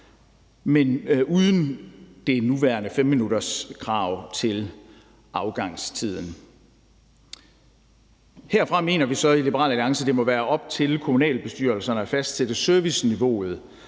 men uden det nuværende krav på 5 minutter til afgangstiden. Herfra mener vi så i Liberal Alliance, at det må være op til kommunalbestyrelserne at fastsætte serviceniveauet